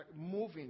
moving